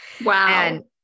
Wow